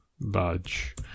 badge